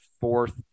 fourth